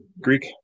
Greek